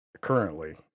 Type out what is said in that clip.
Currently